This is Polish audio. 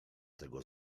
tego